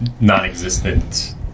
non-existent